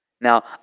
Now